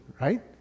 right